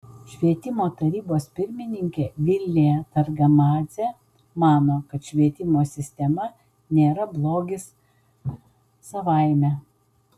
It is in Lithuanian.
švietimo tarybos pirmininkė vilija targamadzė mano kad švietimo sistema nėra blogis savaime